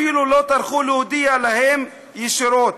אפילו לא טרחו להודיע להם ישירות.